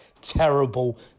terrible